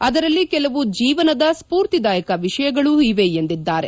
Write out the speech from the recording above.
ಆದರಲ್ಲಿ ಕೆಲವು ಜೀವನದ ಸ್ಥೂರ್ತಿದಾಯಕ ವಿಷಯಗಳೂ ಇವೆ ಎಂದಿದ್ದಾರೆ